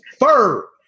third